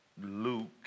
Luke